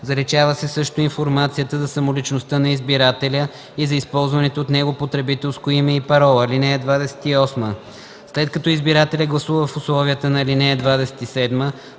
заличава се също информацията за самоличността на избирателя и за използваните от него потребителско име и парола. (28) След като избирателят гласува в условията на ал. 27,